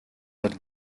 that